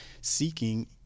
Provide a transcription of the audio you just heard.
seeking